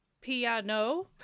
Piano